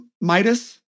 Midas